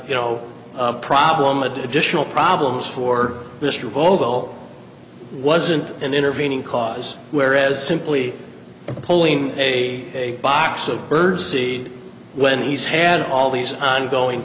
you know problem additional problems for mr vogel wasn't an intervening cause whereas simply pulling a box of bird seed when he's had all these ongoing